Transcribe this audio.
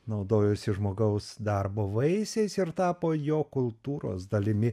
naudojosi žmogaus darbo vaisiais ir tapo jo kultūros dalimi